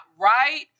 right